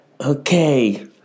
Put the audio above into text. Okay